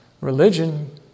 religion